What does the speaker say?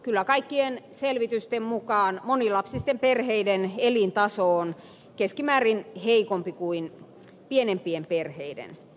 kyllä kaikkien selvitysten mukaan monilapsisten perheiden elintaso on keskimäärin heikompi kuin pienempien perheiden